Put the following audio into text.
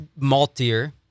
maltier